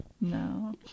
no